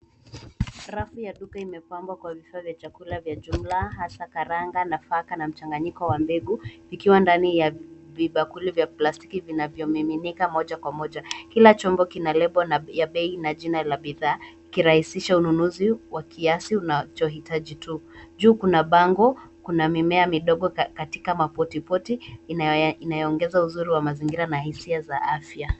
Rafu ya duka imepambwa kwa vifaa vya chakula vya jumbla hasa karanga nafaka na mchanganyiko wa mbegu ikiwa ndani ya pipa vya plastiki vinavyomiminika moja kwa moja, kila chombo kina lebo ya pei na jina ya bidhaa ikirahisisha ununuzi wa kiazi unachoitaji tu, juu kuna bango kuna mimea midogo katika maboti boti inaoongeza uzuri wa mazingira na hizia za afya.